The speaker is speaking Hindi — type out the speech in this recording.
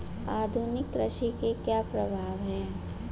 आधुनिक कृषि के क्या प्रभाव हैं?